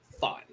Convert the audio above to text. fun